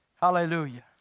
Hallelujah